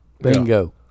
Bingo